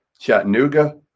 Chattanooga